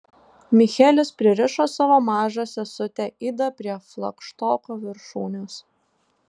michelis pririšo savo mažą sesutę idą prie flagštoko viršūnės